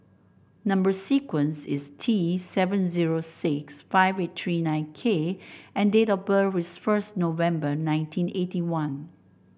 number sequence is T seven zero six five eight three nine K and date of birth is first November nineteen eighty one